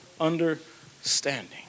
understanding